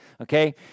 okay